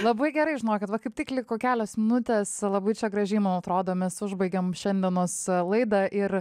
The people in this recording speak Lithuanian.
labai gerai žinokit va kaip tik liko kelios minutės labai čia gražiai man atrodo mes užbaigėm šiandienos laidą ir